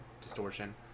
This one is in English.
distortion